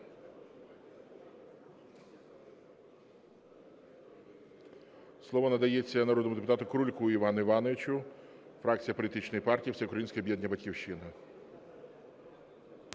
Слово надається народному депутату Крульку Івану Івановичу, фракція політичної партії "Всеукраїнське об'єднання "Батьківщина".